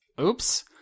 Oops